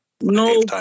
No